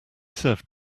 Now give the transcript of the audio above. serve